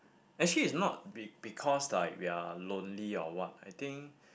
actually it's not be~ because like we are lonely or what I think